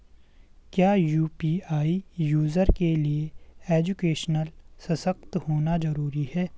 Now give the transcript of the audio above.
क्या UPI user के लिए एजुकेशनल सशक्त होना जरूरी है?